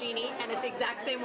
genie and it's exactly